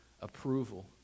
approval